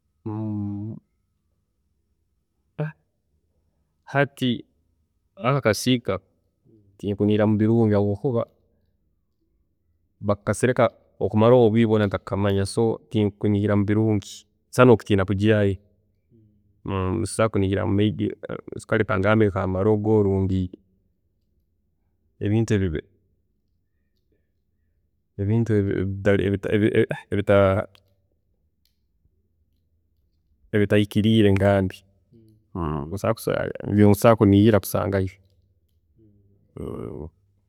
﻿hati aka akasiika tinkunihiramu birungi habwokuba bakakasereka okumara obwiire bwoona ntakukamanya so tinkunihiramu birungi, nsobola nokutiina kujyaayo, tinsobola kihiramu may be kare kangambe nka’amarogo, ebintu ebitahikiriire ngambe, nibyo nkusobola kunihira kusangayo